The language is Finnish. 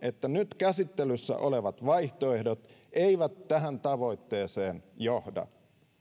että nyt käsittelyssä olevat vaihtoehdot eivät tähän tavoitteeseen johda